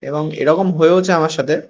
এবং এরকম হয়েওছে আমার সাথে